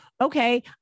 okay